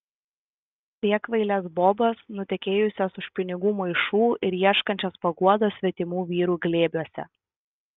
priekvailes bobas nutekėjusias už pinigų maišų ir ieškančias paguodos svetimų vyrų glėbiuose